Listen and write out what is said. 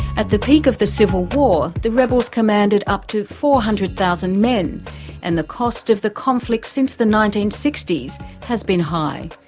at the peak of the civil war the rebels commanded up to four hundred thousand men and the cost of the conflict since the nineteen sixty s has been high.